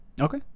Okay